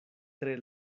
tre